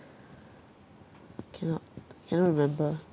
cannot cannot remember